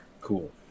Cool